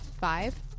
five